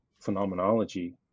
phenomenology